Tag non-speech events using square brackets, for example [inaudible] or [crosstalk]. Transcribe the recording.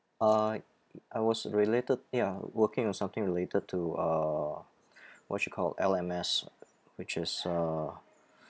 I [noise] I was related ya working on something related to uh [breath] what you call L_M_S which is uh